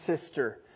sister